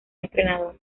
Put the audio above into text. entrenador